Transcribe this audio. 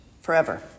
forever